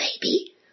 baby